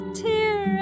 tear